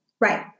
Right